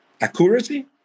accuracy